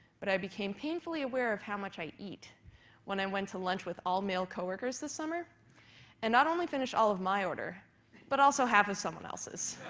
but i became painfully aware of how much i eat when i went to lunch with all-male coworkers this summer and not only finished all of my order but also half of someone else's.